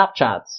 Snapchats